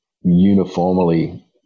uniformly